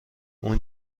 اون